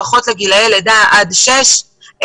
לפחות גילי לידה עד שש,